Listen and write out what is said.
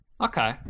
Okay